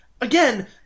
again